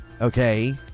okay